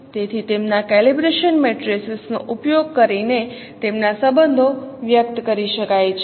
તેથી તેમના calibration matrices નો ઉપયોગ કરીને તેમના સંબંધો વ્યક્ત કરી શકાય છે